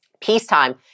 Peacetime